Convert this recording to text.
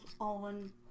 on